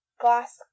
glass